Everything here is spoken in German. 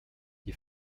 die